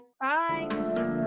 Bye